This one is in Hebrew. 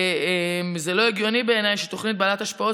וזה לא הגיוני בעיניי שתוכנית בעלת השפעות